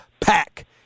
pack